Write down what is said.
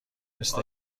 مثل